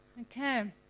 Okay